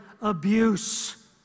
abuse